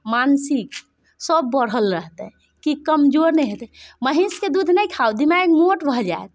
मानसिक सभ बढ़ल रहतै कि कमजोर नहि हेतै महीँसके दूध नहि खाउ दिमाग मोट भऽ जायत